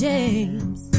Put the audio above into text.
James